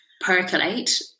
percolate